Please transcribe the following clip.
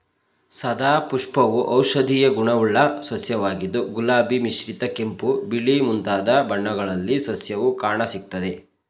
ಸದಾಪುಷ್ಪವು ಔಷಧೀಯ ಗುಣವುಳ್ಳ ಸಸ್ಯವಾಗಿದ್ದು ಗುಲಾಬಿ ಮಿಶ್ರಿತ ಕೆಂಪು ಬಿಳಿ ಮುಂತಾದ ಬಣ್ಣಗಳಲ್ಲಿ ಸಸ್ಯವು ಕಾಣಸಿಗ್ತದೆ